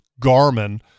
Garmin